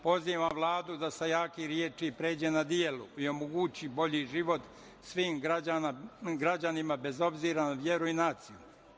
Pozivam Vladu da sa jakih reči pređe na delo i omogući bolji život svim građanima, bez obzira na veru i naciju.